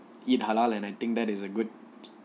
eat halal and I think that is a good